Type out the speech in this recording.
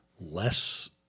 less